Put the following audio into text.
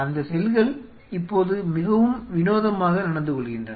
அந்த செல்கள் இப்போது மிகவும் வினோதமாக நடந்து கொள்கின்றன